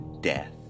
death